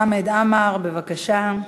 חמד עמאר, בבקשה.